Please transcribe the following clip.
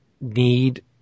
need